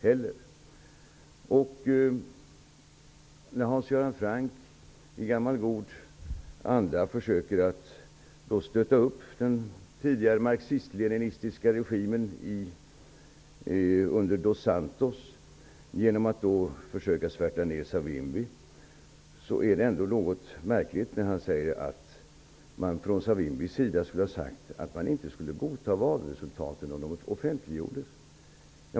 Hans Göran Franck försöker i gammal god anda att stötta upp den tidigare marxist-leninistiska regimen under Dos Santos genom att försöka att svärta ner Savimbi. Det är något märkligt när han säger att Savimbi har sagt att man inte skulle godta valresultaten om de offentliggjordes.